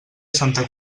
santa